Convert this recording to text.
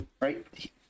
right